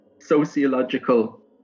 sociological